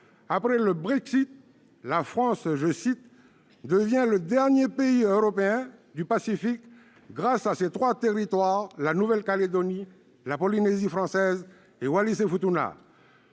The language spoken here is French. après le Brexit, la France « devient le dernier pays européen du Pacifique » grâce à ses trois territoires : la Nouvelle-Calédonie, la Polynésie française et Wallis-et-Futuna.